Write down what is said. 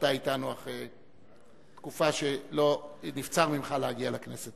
שאתה אתנו אחרי תקופה שנבצר ממך להגיע לכנסת.